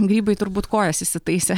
grybai turbūt kojas įsitaisė